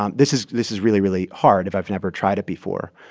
um this is this is really, really hard if i've never tried it before.